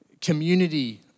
community